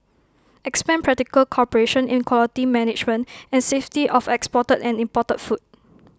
expand practical cooperation in quality management and safety of exported and imported food